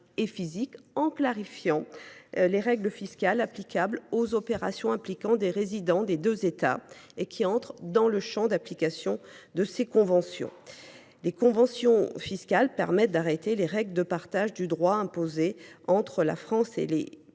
elles clarifient les règles fiscales applicables aux opérations impliquant des résidents des deux États et entrant dans leur champ d’application. Les conventions fiscales permettent d’arrêter les règles de partage du droit imposées entre la France et les